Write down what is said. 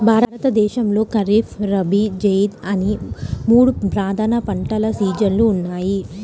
భారతదేశంలో ఖరీఫ్, రబీ, జైద్ అనే మూడు ప్రధాన పంటల సీజన్లు ఉన్నాయి